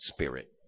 Spirit